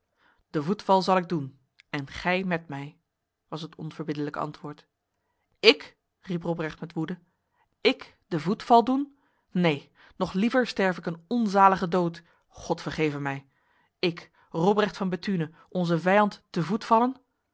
de voetval zal ik doen en gij met mij was het onverbiddelijke antwoord ik riep robrecht met woede ik de voetval doen neen nog liever sterf ik een onzalige dood god vergeve mij ik robrecht van bethune onze vijand te voet vallen